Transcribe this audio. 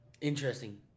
Interesting